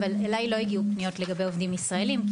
אבל אליי לא הגיעו פניות לגבי עובדים ישראלים.